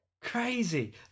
Crazy